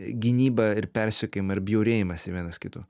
gynybą ir persekiojimą ir bjaurėjimąsi vienas kitu